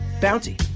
bounty